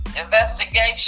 investigation